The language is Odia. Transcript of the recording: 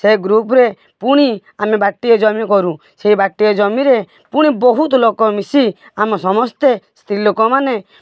ସେ ଗ୍ରୁପ୍ରେ ପୁଣି ଆମେ ବାଟିଏ ଜମି କରୁ ସେଇ ବାଟିଏ ଜମିରେ ପୁଣି ବହୁତ ଲୋକ ମିଶି ଆମ ସମସ୍ତେ ସ୍ତ୍ରୀ ଲୋକମାନେ